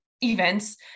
events